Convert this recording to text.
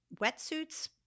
wetsuits